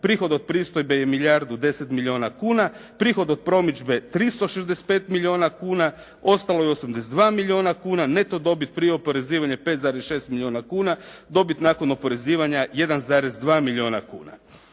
prihod od pristojbe je milijardu 10 milijuna kuna, prihod od promidžbe 365 milijuna kuna, ostalo je 82 milijuna kuna, neto dobit prije oporezivanja 5,6 milijuna kuna, dobit nakon oporezivanja 1,2 milijuna kuna.